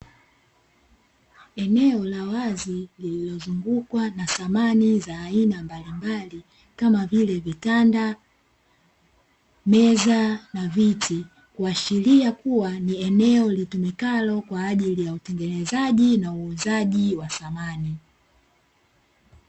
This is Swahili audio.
Eneo la wazi lililozungukwa na samani za aina mbalimbali kama vile: vitanda, meza, na viti; kuashiria kuwa ni eneo litumikalo kwa ajili ya utengenezaji na uuzaji wa samani .